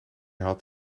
had